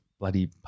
bloody